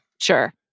Sure